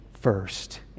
first